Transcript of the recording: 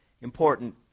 important